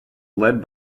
led